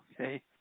okay